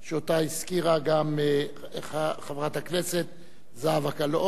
שהזכירה גם חברת הכנסת זהבה גלאון.